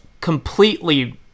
completely